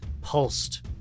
Pulsed